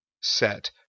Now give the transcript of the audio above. set